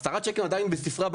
עשרה צ'קים עדיין בספרה,